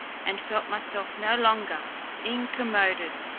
and felt myself no longer incommoded.